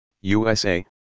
USA